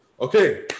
Okay